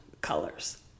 colors